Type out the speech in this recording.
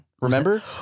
Remember